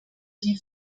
die